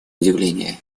удивления